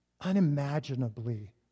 unimaginably